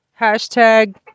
hashtag